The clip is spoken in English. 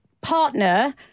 partner